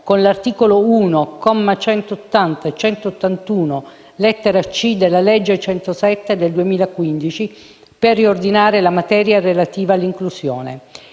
con l'articolo 1, commi 180 e 181, lettera *c)*, della legge n. 107 del 2015, per riordinare la materia relativa all'inclusione.